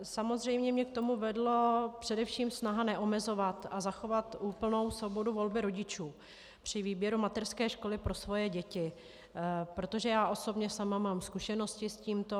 Samozřejmě mě k tomu vedla především snaha neomezovat a zachovat úplnou svobodu volby rodičů při výběru mateřské školy pro svoje děti, protože já osobně sama mám zkušenosti s tímto.